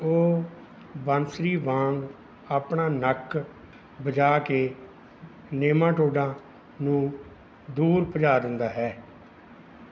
ਉਹ ਬੰਸਰੀ ਵਾਂਗ ਆਪਣਾ ਨੱਕ ਵਜਾ ਕੇ ਨੇਮਾਟੋਡਾਂ ਨੂੰ ਦੂਰ ਭਜਾ ਦਿੰਦਾ ਹੈ